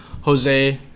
Jose